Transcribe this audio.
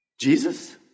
Jesus